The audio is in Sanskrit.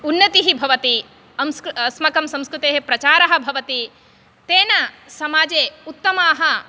उन्नतिः भवति अंस्कृ अस्माकं संस्कृतेः प्रचारः भवति तेन समाजे उत्तमाः